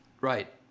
Right